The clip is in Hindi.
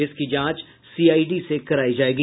इसकी जांच सीआईडी से करायी जायेगी